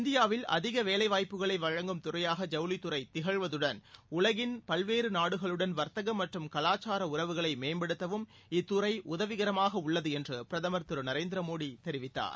இந்தியாவில் அதிக வேலை வாய்ப்புகளை வழங்கும் துறையாக ஜவுளித்துறை திகழ்வதுடன் உலகின் பல்வேறு நாடுகளுடன் வர்த்தகம் மற்றும் கலாச்சார உறவுகளை மேம்படுத்தவும் இத்தறை உதவிகரமாக உள்ளது என்றும் பிரதமர் திரு நரேந்திர மோடி தெரிவித்தார்